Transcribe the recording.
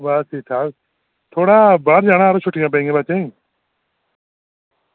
बस ठीक ठाक थोह्ड़ा बाहर जाना हा छुट्टियां पेइयां बच्चें ई